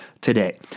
today